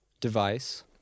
device